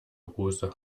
hose